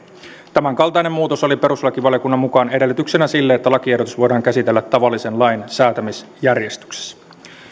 tämänkaltainen muutos oli perustuslakivaliokunnan mukaan edellytyksenä sille että lakiehdotus voidaan käsitellä tavallisen lain säätämisjärjestyksessä